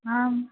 आम्